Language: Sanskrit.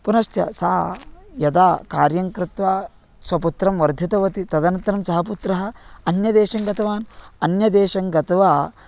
पुनश्च सा यदा कार्यं कृत्वा स्वपुत्रं वर्धितवती तदनन्तरं सः पुत्रः अन्यदेशं गतवान् अन्यदेशं गत्वा